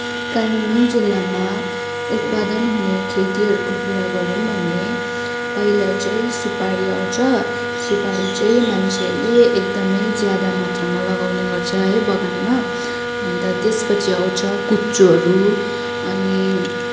कालिम्पोङ जिल्लामा उत्पादन हुने खेतीहरूको कुरा गरौँ भने पहिला चाहिँ सुपारी आउँछ सुपारी चाहिँ मान्छेले एकदमै ज्यादा मात्रामा लगाउने गर्छ है बगानमा अनि त त्यसपछि आउँछ कुचोहरू अनि